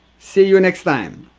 see you next time!